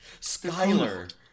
Skyler